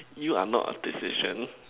you are not a decision